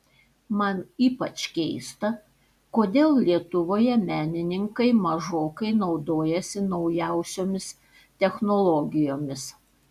man ypač keista kodėl lietuvoje menininkai mažokai naudojasi naujausiomis technologijomis